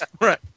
Right